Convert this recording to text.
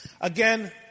Again